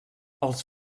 els